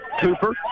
Cooper